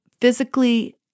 physically